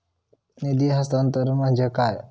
निधी हस्तांतरण म्हणजे काय?